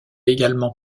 également